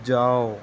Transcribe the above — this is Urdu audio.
جاؤ